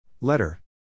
Letter